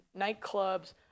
nightclubs